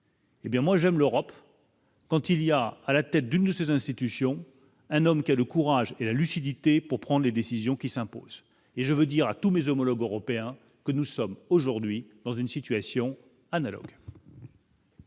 Eh bien moi, j'aime l'Europe quand il y a à la tête d'une de ses institutions, un homme qui a le courage et la lucidité pour prendre les décisions qui s'imposent et je veux dire à tous mes homologues européens que nous sommes aujourd'hui dans une situation analogue.